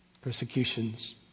persecutions